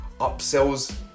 upsells